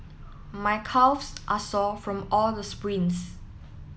my calves are sore from all the sprints